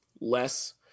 less